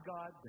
God